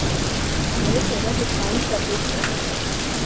ओरे थोड़ा डिस्काउंट्स कर दीजिए